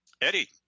Eddie